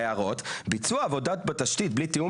בהערות: ביצוע עבודות בתשתית בלי תיאום